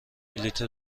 بلیط